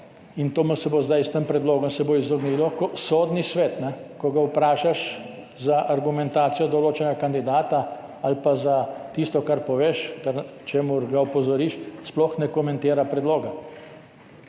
in temu se bo zdaj s tem predlogom izognilo – Sodni svet, ko ga vprašaš za argumentacijo določenega kandidata ali pa za tisto, kar poveš, o čemer ga opozoriš, sploh ne komentira predloga.